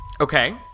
Okay